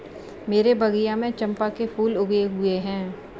मेरे बगिया में चंपा के फूल लगे हुए हैं